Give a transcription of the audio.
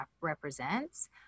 represents